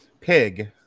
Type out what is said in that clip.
Pig